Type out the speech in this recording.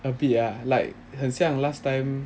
a bit ah like 很像 last time